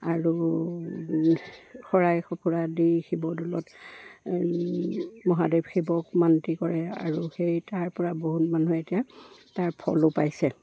আৰু শৰাই শুকুৰা দি শিৱদৌলত মহাদেৱ শিৱক মান্তি কৰে আৰু সেই তাৰ পৰা বহুত মানুহে এতিয়া তাৰ ফলো পাইছে